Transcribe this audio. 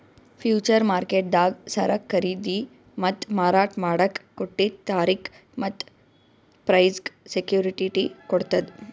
future ಮಾರ್ಕೆಟ್ದಾಗ್ ಸರಕ್ ಖರೀದಿ ಮತ್ತ್ ಮಾರಾಟ್ ಮಾಡಕ್ಕ್ ಕೊಟ್ಟಿದ್ದ್ ತಾರಿಕ್ ಮತ್ತ್ ಪ್ರೈಸ್ಗ್ ಸೆಕ್ಯುಟಿಟಿ ಕೊಡ್ತದ್